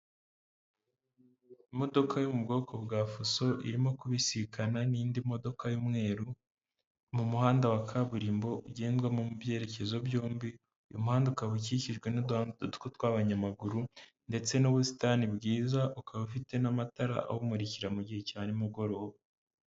Imodoka yo mu bwoko bwa fuso, irimo kubisikana n'indi modoka y'umweru. Mu muhanda wa kaburimbo ugendwamo mu byerekezo byombi, uyu muhanda ukaba ukikijwe n'uduhanda duto tw'abanyamaguru ndetse n'ubusitani bwiza, ukaba ufite n'amatara abumurikira mu gihe cya n'imugoroba.